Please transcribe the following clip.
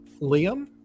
liam